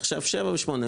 עכשיו שביעית ושמינית.